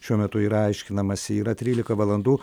šiuo metu yra aiškinamasi yra trylika valandų